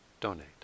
donate